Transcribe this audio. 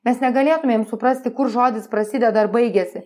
mes negalėtumėm suprasti kur žodis prasideda ir baigiasi